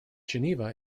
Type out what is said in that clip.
geneva